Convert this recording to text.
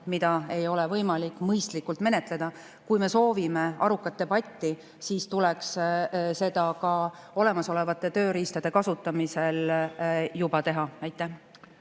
mida ei ole võimalik mõistlikult menetleda. Kui me soovime arukat debatti, siis tuleks seda juba olemasolevaid tööriistu kasutades teha. Vadim